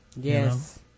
Yes